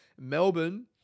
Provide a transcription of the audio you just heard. melbourne